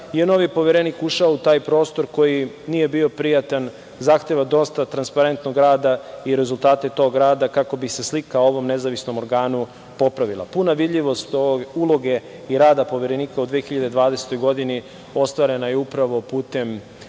je novi Poverenik ušao u taj prostor koji nije bio prijatan. Zahteva dosta transparentnog rada i rezultate tog rada kako bi se slika o ovom nezavisnom organu popravila. Puna vidljivost uloge i rada Poverenika u 2020. godini ostvarena je upravo putem